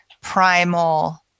primal